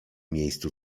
miejscu